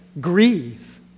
Grieve